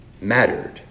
mattered